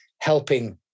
helping